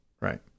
Right